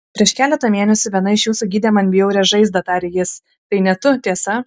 prieš keletą mėnesių viena iš jūsų gydė man bjaurią žaizdą tarė jis tai ne tu tiesa